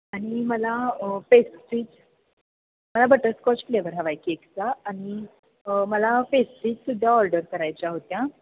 आणि मला पेस्ट्रीज मला बटरस्कॉच फ्लेवर हवा आहे केकचा आणि मला पेस्ट्रीजसुद्धा ऑर्डर करायच्या होत्या